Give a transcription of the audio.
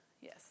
Yes